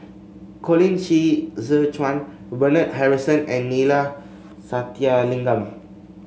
Colin Qi Zhe Quan Bernard Harrison and Neila Sathyalingam